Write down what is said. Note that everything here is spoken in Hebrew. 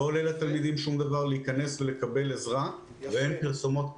לא עולה לתלמידים שום דבר להיכנס ולקבל עזרה ואין פרסומות,